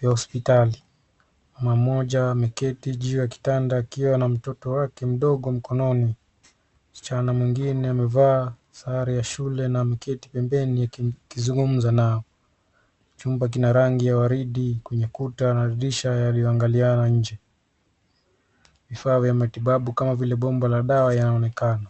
vya hospitali. Mmoja ameketi juu ya kitanda akiwa na mtoto wake mdogo mkononi. Msichana mwingine amevaa sare ya shule na ameketi pembeni akizungumza nao. Chumba kina rangi ya waridi kwenye kuta na dirisha yaliyoangaliana nje. Vifaa vya matibabu kama vile bomba la dawa yaonekana.